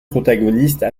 protagonistes